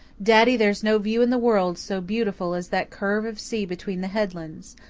daddy, there's no view in the world so beautiful as that curve of sea between the headlands.